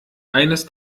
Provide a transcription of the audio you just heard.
eines